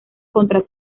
contra